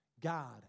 God